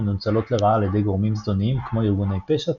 מנוצלות לרעה על ידי גורמים זדוניים כמו ארגוני פשע,